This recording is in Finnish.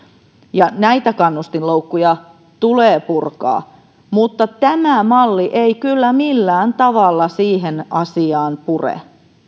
ja näitä kannustinloukkuja tulee purkaa mutta tämä malli ei kyllä millään tavalla siihen asiaan pure